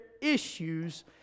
issues